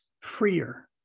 freer